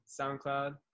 SoundCloud